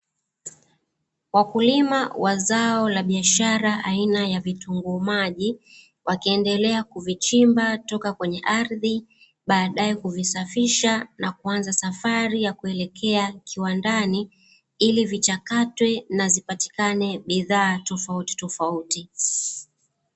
Wakulima wa zao la biashara aina ya vitunguu maji, wakiendelea kuvichimba kutoka kwenye ardhi, baadae kuvisafisha na kuanza safari ya kuelekea kiwandani ili vichakatwe na zipatikane bidhaa tofautitofauti.